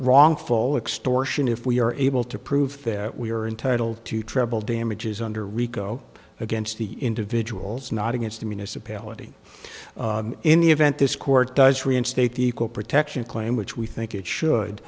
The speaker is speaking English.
wrongful extortion if we are able to prove that we are entitled to treble damages under rico against the individuals not against the municipality in the event this court does reinstate the equal protection claim which we think it